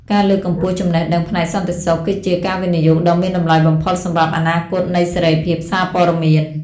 ការលើកកម្ពស់ចំណេះដឹងផ្នែកសន្តិសុខ គឺជាការវិនិយោគដ៏មានតម្លៃបំផុតសម្រាប់អនាគតនៃសេរីភាពសារព័ត៌មាន។